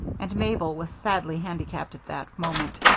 and mabel was sadly handicapped at that moment.